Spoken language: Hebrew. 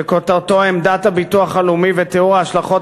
שכותרתו: עמדת הביטוח הלאומי ותיאור ההשלכות